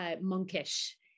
monkish